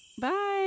Bye